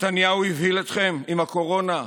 נתניהו הבהיל אתכם עם הקורונה?